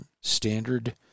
standard